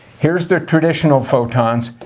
here's the traditional photons.